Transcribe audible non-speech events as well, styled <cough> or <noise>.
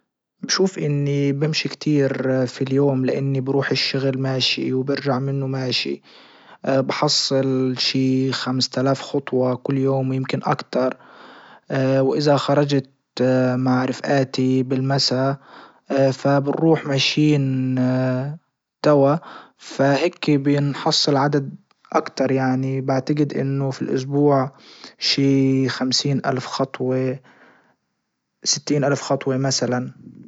بشوف اني بمشي كتير في اليوم لاني بروح الشغل ماشي وبرجع منه ماشي بحصل شي خمس تالاف خطوة كل يوم ويمكن اكتر <hesitation> وازا خرجت مع رفقاتي بالمسا فبنروح ماشيين <hesitation> توا فهيكي بينحصل عدد اكتر يعني بعتجد انه في الاسبوع شي خمسين الف خطوة ستين الف خطوة مثلا.